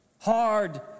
Hard